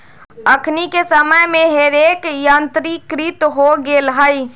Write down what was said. अखनि के समय में हे रेक यंत्रीकृत हो गेल हइ